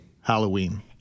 Halloween